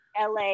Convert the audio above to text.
LA